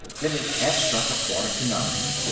then it half struck a quarter to nine,